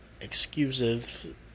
exclusive